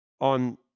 on